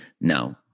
No